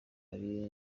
ari